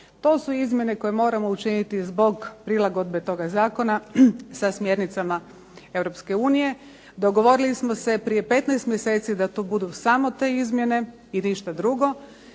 To su izmjene koje moramo učiniti zbog prilagodbe toga zakona sa smjernicama Europske unije. Dogovorili smo se prije 15 mjeseci da budu samo tri izmjene i ništa drugo.